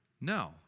No